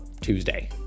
Tuesday